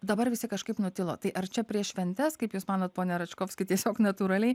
dabar visi kažkaip nutilo tai ar čia prieš šventes kaip jūs manot pone račkovski tiesiog natūraliai